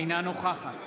אינה נוכחת